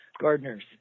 gardeners